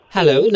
Hello